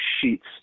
sheets